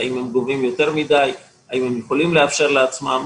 האם הם גובים יותר מדיי והאם הם יכולים לאפשר לעצמם.